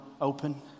open